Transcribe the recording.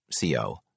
CO